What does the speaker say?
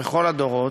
בכל הדורות,